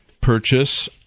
Purchase